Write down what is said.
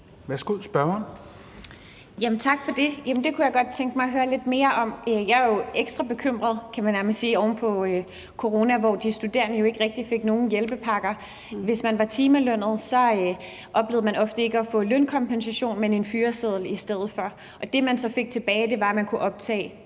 Victoria Velasquez (EL): Tak for det. Det kunne jeg godt tænke mig at høre lidt mere om. Jeg er jo ekstra bekymret, kan man nærmest sige, oven på corona, hvor de studerende jo ikke fik nogen hjælpepakker. Hvis man var timelønnet, oplevede man ofte ikke at få lønkompensation, men en fyreseddel i stedet for. Det, man så fik tilbage, var, at man kunne optage